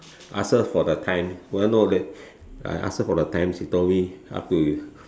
ask her for the time I ask her for the time she told me up to